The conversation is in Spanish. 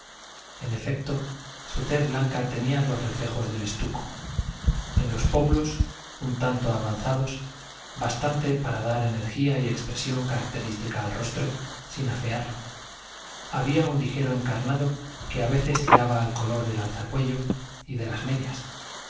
en efecto su tez blanca tenía los reflejos del estuco en los pómulos un tanto avanzados bastante para dar energía y expresión característica al rostro sin afearlo había un ligero encarnado que a veces tiraba al color del alzacuello y de las medias